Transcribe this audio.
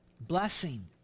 blessing